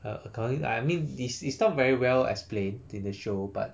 err 可能 I mean it's it's not very well explained in the show but